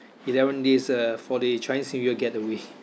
eleven days uh for the chinese new year getaway